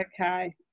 okay